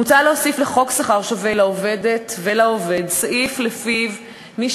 מוצע להוסיף לחוק שכר שווה לעובדת ולעובד סעיף שלפיו מי